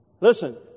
Listen